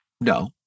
No